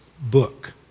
book